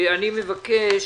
אני מבקש,